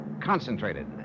Concentrated